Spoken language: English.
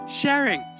sharing